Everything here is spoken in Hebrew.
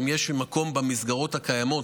אם יש מקום במסגרות הקיימות,